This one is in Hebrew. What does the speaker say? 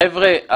חבר'ה,